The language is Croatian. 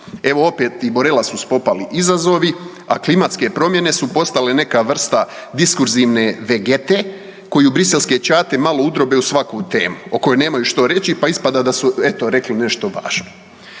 Evo opet i Borela su spopali izazovi, a klimatske promjene su postale neka vrsta diskurzivne vegete koju briselske čate malo udrobe u svaku temu o kojoj nemaju što reći, pa ispada da su eto rekli nešto važno.